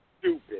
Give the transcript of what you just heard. stupid